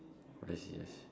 I see I see